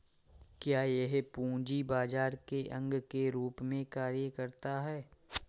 क्या यह पूंजी बाजार के अंग के रूप में कार्य करता है?